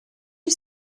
you